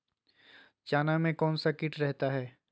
चना में कौन सा किट रहता है?